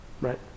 right